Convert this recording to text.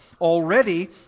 already